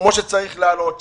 כמו שצריך לעלות,